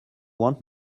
want